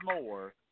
more